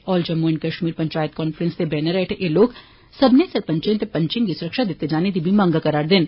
all Jammu and Kashmir panchayat conference दे banner हेठ एह् लोक सब्मने सरपंचे ते पंचै गी सुरक्षा दित्ते जाने दी बी मंगे करा'रदे न